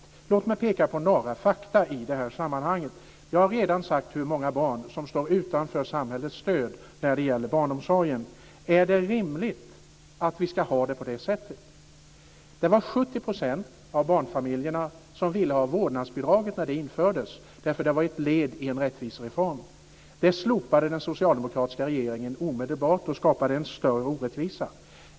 Men låt mig peka på några fakta i sammanhanget. Jag har redan sagt hur många barn det är som står utanför samhällets stöd när det gäller barnomsorgen. Är det rimligt att vi ska ha det på det sättet? 70 % av barnfamiljerna ville ha vårdnadsbidraget när det infördes därför att det var ett led i en rättvisereform. Det bidraget slopade den socialdemokratiska regeringen omedelbart och skapade en större orättvisa.